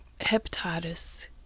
hepatitis